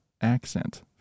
accent